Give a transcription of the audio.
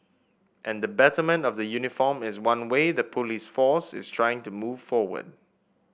and the betterment of the uniform is one way the police force is trying to move forward